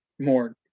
more